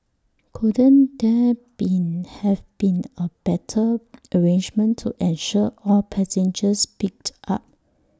couldn't there been have been A better arrangement to ensure all passengers picked up